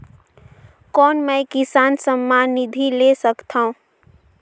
कौन मै किसान सम्मान निधि ले सकथौं?